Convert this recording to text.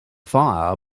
fire